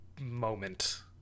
moment